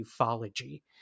ufology